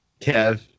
Kev